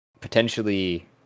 potentially